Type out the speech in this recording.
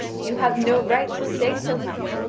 you have no right to say so much.